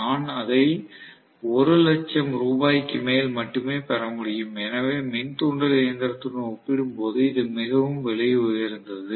நான் அதை 1 லட்சம் ரூபாய்க்கு மேல் மட்டுமே பெற முடியும் எனவே மின் தூண்டல் இயந்திரத்துடன் ஒப்பிடும்போது இது மிகவும் விலை உயர்ந்தது